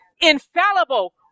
Infallible